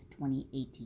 2018